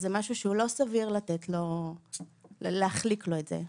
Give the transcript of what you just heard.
זה משהו שהוא לא סביר להחליק לו את זה.